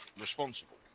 responsible